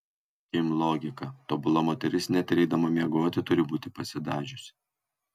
kim logika tobula moteris net ir eidama miegoti turi būti pasidažiusi